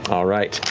all right.